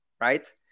right